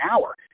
hour